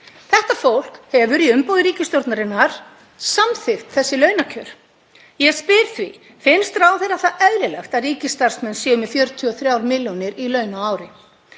Þetta fólk hefur í umboði ríkisstjórnarinnar samþykkt þessi launakjör. Ég spyr því: Finnst ráðherra það eðlilegt að ríkisstarfsmenn séu með 43 milljónir í laun á ári?